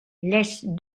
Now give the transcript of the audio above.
laisse